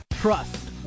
Trust